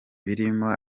birimo